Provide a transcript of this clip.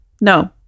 No